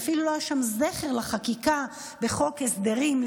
שאפילו לא היה שם זכר לחקיקה בחוק ההסדרים,